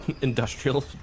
industrial